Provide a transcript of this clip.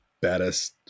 baddest